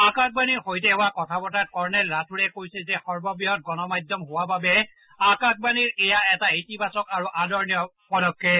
আকাশবাণীৰ সৈতে হোৱা কথা বতৰাত কৰ্ণেল ৰাথোড়ে কয় যে সৰ্ববৃহৎ গণমাধ্যম হোৱা বাবে আকাশবাণীৰ এয়া এটা ইতিবাচক আৰু আদৰণিয় পদক্ষেপ